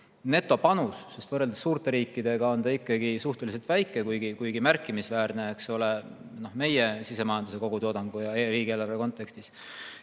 netopanus, sest võrreldes suurte riikidega on see ikkagi suhteliselt väike, kuigi märkimisväärne meie sisemajanduse kogutoodangu ja riigieelarve kontekstis